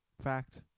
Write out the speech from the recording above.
fact